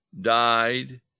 died